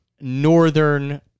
northern